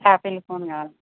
apple phone కావాలి